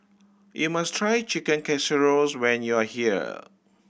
you must try Chicken Casseroles when you are here